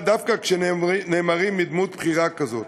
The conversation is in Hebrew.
דווקא כשהם נאמרים מפי דמות בכירה כזאת.